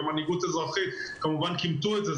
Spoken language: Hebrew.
ומנהיגות אזרחית כימתו את זה,